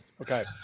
Okay